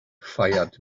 feiert